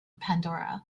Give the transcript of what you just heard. pandora